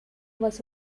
was